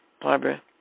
Barbara